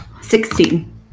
Sixteen